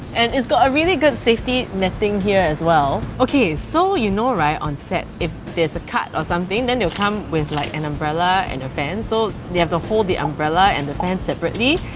and it's got a really good safety netting here as well. okay so you know right, on sets, if there's a cut or something then they'll come with like an umbrella and a fan so they have to hold the umbrella and the fan separately,